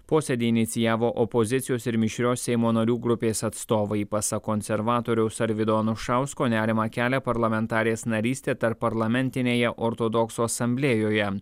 posėdį inicijavo opozicijos ir mišrios seimo narių grupės atstovai pasak konservatoriaus arvydo anušausko nerimą kelia parlamentarės narystė tarpparlamentinėje ortodoksų asamblėjoje